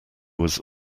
was